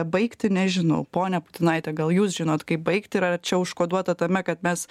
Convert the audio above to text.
baigti nežinau ponia putinaite gal jūs žinot kaip baigti ir ar čia užkoduota tame kad mes